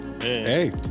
Hey